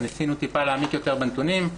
ניסינו להעמיק יותר בנתונים.